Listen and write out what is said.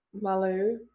Malu